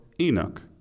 Enoch